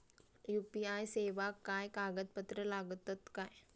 UPI सेवाक काय कागदपत्र लागतत काय?